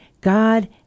God